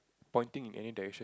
pointing in any direct